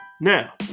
now